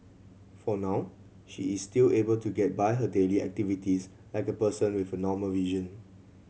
for now she is still able to get by her daily activities like a person with a normal vision